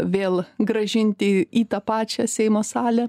vėl grąžinti į tą pačią seimo salę